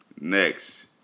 Next